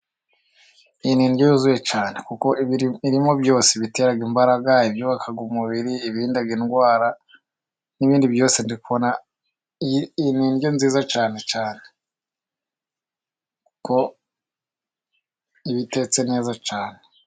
Iyi ni indyo yuzuye cyane kuko irimo byose, ibitera imbaraga, ibyubaka umubiri, ibirinda indwara n'ibindi byose ndi kubona. Iyi ni indyo nziza cyane cyane kuko iba itetse neza cyane.